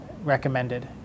Recommended